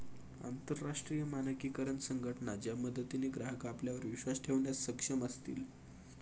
अंतरराष्ट्रीय मानकीकरण संघटना च्या मदतीने ग्राहक आपल्यावर विश्वास ठेवण्यास सक्षम असतील